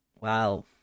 Wow